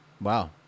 Wow